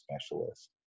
specialist